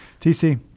TC